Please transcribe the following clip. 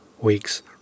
week's